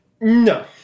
No